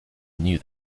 knew